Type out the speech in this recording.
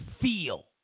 feel